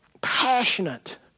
passionate